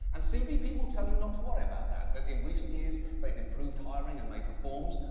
and cbp will tell you not to worry about that, that in recent years they've improved hiring and made reforms.